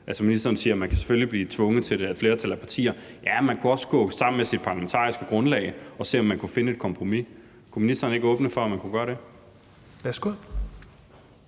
Ministeren siger, at man selvfølgelig kan blive tvunget til det af et flertal af partier. Ja, man kunne også gå sammen med sit parlamentariske grundlag og se, om man kunne finde et kompromis. Kunne ministeren ikke åbne for, at man kunne gøre det?